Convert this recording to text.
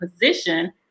position